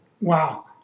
Wow